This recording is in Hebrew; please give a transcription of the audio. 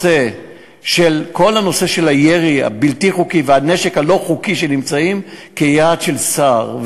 כל הנושא של הירי הבלתי-חוקי והנשק הלא-חוקי נמצא כיעד של שר,